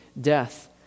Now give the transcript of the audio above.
death